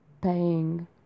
paying